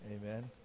Amen